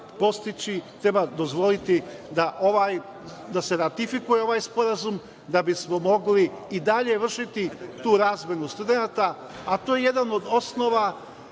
postići, treba dozvoliti da se ratifikuje ovaj sporazum da bismo mogli i dalje vršiti tu razmenu studenata, a to je jedan od osnova